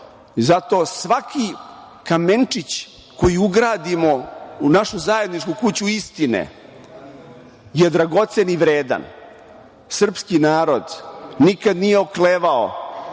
Zato svaki kamenčić koji ugradimo u našu zajedničku kuću istine je dragocen i vredan. Srpski narod nikad nije oklevao